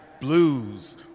blues